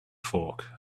fork